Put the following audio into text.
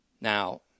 Now